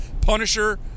Punisher